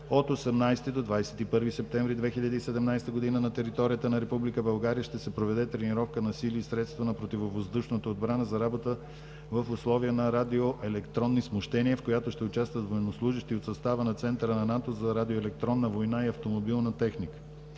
от 18 до 21 септември 2017 г. на територията на Република България ще се проведе тренировка на сили и средства на противовъздушната отбрана за работа в условия на радио-електронни смущения, в която ще участват военнослужещи от състава на Центъра на НАТО за радиоелектронна война и автомобилна техника.